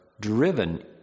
driven